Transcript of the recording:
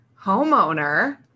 homeowner